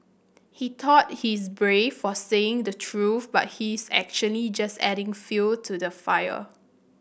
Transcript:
he thought he's brave for saying the truth but he's actually just adding fuel to the fire